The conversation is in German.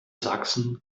sachsen